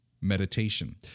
meditation